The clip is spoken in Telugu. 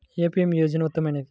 ఏ పీ.ఎం యోజన ఉత్తమమైనది?